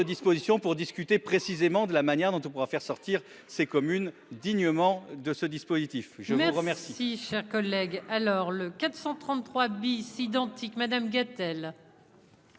pour discuter précisément de la manière dont on pourra faire sortir ces communes dignement de ce dispositif. Je vous remercie,